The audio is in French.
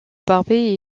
barbey